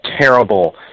terrible